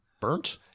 burnt